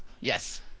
Yes